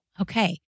Okay